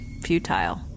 futile